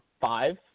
five